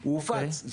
הוא הופץ,